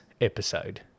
episode